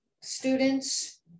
students